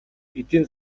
эдийн